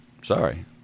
sorry